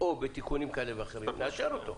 או בתיקונים כאלה ואחרים נאשר אותו.